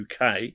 UK